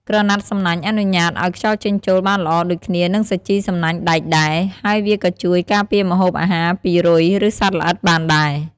ក្រណាត់សំណាញ់អនុញ្ញាតឱ្យខ្យល់ចេញចូលបានល្អដូចគ្នានឹងសាជីសំណាញ់ដែកដែរ ហើយវាក៏ជួយការពារម្ហូបអាហារពីរុយ ឬសត្វល្អិតបានដែរ។